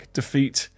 defeat